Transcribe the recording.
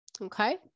Okay